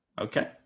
Okay